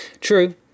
True